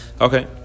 Okay